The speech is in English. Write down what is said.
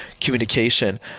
communication